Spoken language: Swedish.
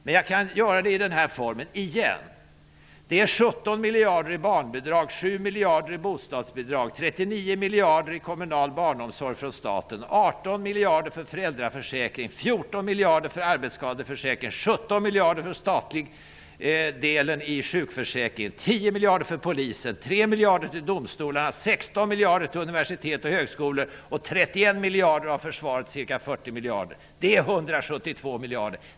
Men jag kan redovisa det i den här formen: Det är 17 miljarder i barnbidrag, 7 miljarder i bostadsbidrag, 39 miljarder i kommunal barnomsorg från staten, 18 miljarder för föräldraförsäkring, 14 miljarder för arbetsskadeförsäkring, 17 miljarder för den statliga delen av sjukförsäkringen, 10 miljarder för polisen, Det är 172 miljarder.